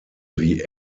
wie